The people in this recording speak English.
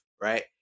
Right